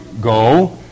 go